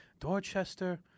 Dorchester